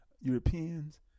Europeans